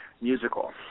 musical